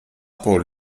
pour